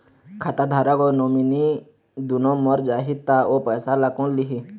खाता धारक अऊ नोमिनि दुनों मर जाही ता ओ पैसा ला कोन लिही?